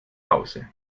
hause